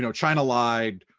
you know china lied,